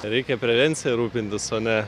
reikia prevencija rūpintis o ne